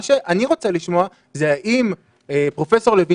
מה שאני רוצה לשמוע זה האם פרופ' לוין